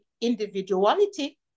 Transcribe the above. individuality